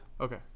okay